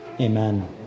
Amen